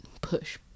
push